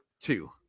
two